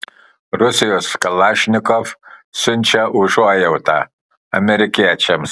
rusijos kalašnikov siunčia užuojautą amerikiečiams